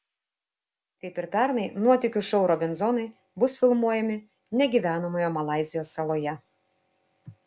kaip ir pernai nuotykių šou robinzonai bus filmuojami negyvenamoje malaizijos saloje